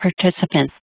participants